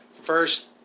first